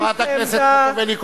חברת הכנסת חוטובלי,